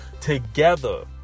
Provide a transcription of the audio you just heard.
together